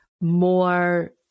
more